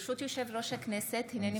ברשות יושב-ראש הכנסת, הינני